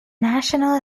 national